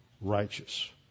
righteous